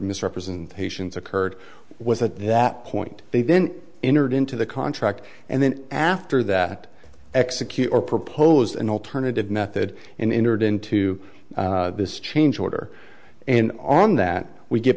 misrepresentations occurred was at that point they then entered into the contract and then after that execute or proposed an alternative method and injured into this change order and on that we get